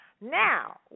Now